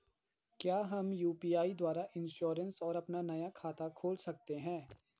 क्या हम यु.पी.आई द्वारा इन्श्योरेंस और अपना नया खाता खोल सकते हैं?